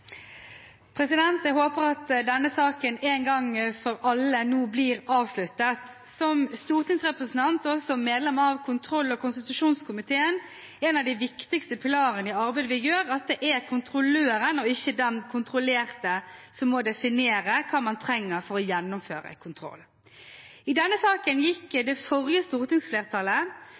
Jeg håper at denne saken en gang for alle nå blir avsluttet. Som stortingsrepresentant og som medlem av kontroll- og konstitusjonskomiteen er en av de viktigste pilarene i arbeidet vi gjør, at det er kontrolløren og ikke den kontrollerte som må definere hva man trenger for å gjennomføre kontrollen. I denne saken gikk det forrige stortingsflertallet,